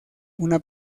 una